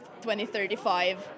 2035